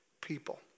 people